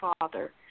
father